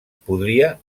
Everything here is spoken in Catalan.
podria